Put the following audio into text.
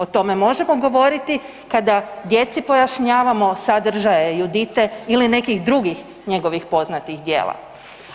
O tome možemo govoriti kada djeci pojašnjavamo sadržaje Judite ili nekih drugih njegovih poznatih djela,